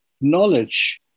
knowledge